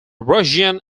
russian